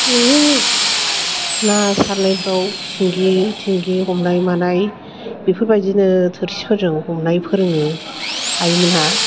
ना सारनायफ्राव सिंगि थिंगि हमनाय मानाय बेफोरबादिनो थोरसिफोरजों हमनाय फोरोङो आइमोनहा